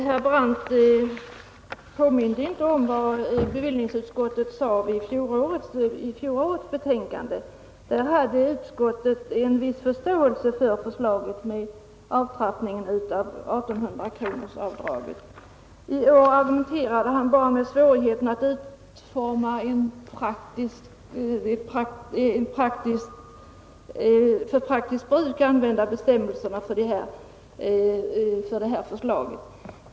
Herr talman! Herr Brandt påminde inte om vad bevillningsutskottet sade i fjolårets betänkande. Där visade utskottet en viss förståelse för förslaget om avtrappning av 1 800-kronorsavdraget. I år argumenterade herr Brandt bara med svårigheten att utforma en för praktiskt bruk användbar bestämmelse.